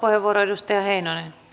arvoisa puhemies